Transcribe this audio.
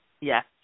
yes